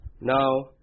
now